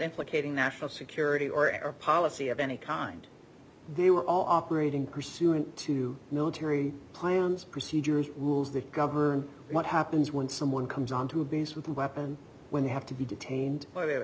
implicating national security or air policy of any kind they were all operating pursuant to military plans procedures rules that govern what happens when someone comes onto a base with a weapon when you have to be detained by the